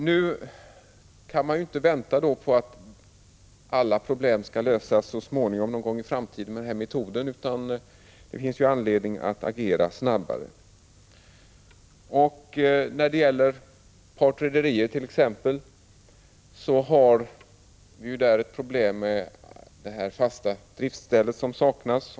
Nu kan vi inte vänta på att alla problem en gång i framtiden skall lösas med staketmetoden utan det finns anledning att agera snabbare. När det gäller t.ex. partrederier är det ett problem att fast driftställe ofta saknas.